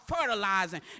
fertilizing